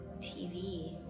tv